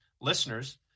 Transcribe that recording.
listeners